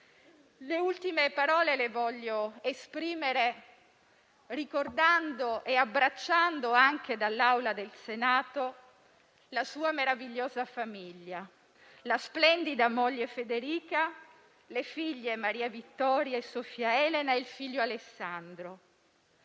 Le ultime parole le voglio esprimere ricordando e abbracciando anche dall'Aula del Senato la sua meravigliosa famiglia, la splendida moglie Federica, le figlie Maria Vittoria e Sofia Elena e il figlio Alessandro.